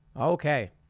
Okay